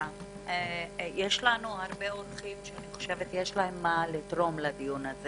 יש לנו הרבה אורחים שיש להם מה לתרום לדיון.